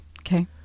Okay